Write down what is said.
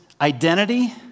identity